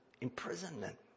imprisonment